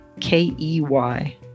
K-E-Y